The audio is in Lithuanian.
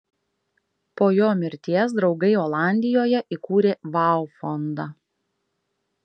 po jo mirties draugai olandijoje įkūrė vau fondą